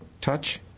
Touch